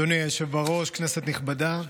אדוני היושב בראש, כנסת נכבדה,